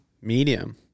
Medium